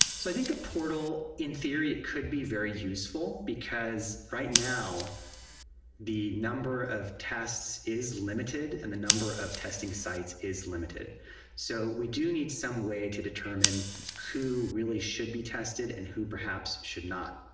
so i think the portal in theory, it could be very useful because right now the number of tests is limited and the number of testing sites is limited so we do need some way to determine who really should be tested and who perhaps should not.